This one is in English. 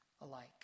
alike